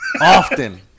Often